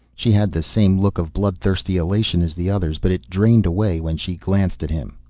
she had the same look of blood-thirsty elation as the others, but it drained away when she glanced at him.